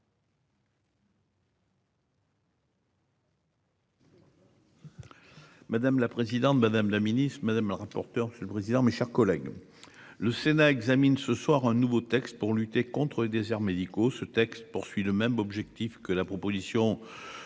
Madame la présidente, madame la ministre madame le rapporteur. Monsieur le président, mes chers collègues. Le sénat examine ce soir un nouveau texte pour lutter contre les déserts médicaux. Ce texte poursuit le même objectif que la proposition de loi